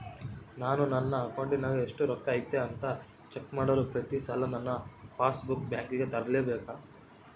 ನಾನು ನನ್ನ ಅಕೌಂಟಿನಾಗ ಎಷ್ಟು ರೊಕ್ಕ ಐತಿ ಅಂತಾ ಚೆಕ್ ಮಾಡಲು ಪ್ರತಿ ಸಲ ನನ್ನ ಪಾಸ್ ಬುಕ್ ಬ್ಯಾಂಕಿಗೆ ತರಲೆಬೇಕಾ?